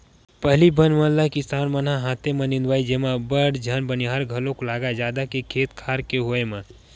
पहिली बन मन ल किसान मन ह हाथे म निंदवाए जेमा अब्बड़ झन बनिहार घलोक लागय जादा के खेत खार के होय म